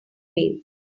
waves